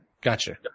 gotcha